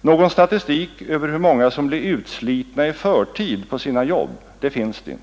Någon statistik över hur många som blir utslitna i förtid på sina jobb finns inte.